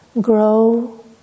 grow